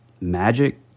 magic